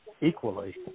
equally